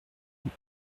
nous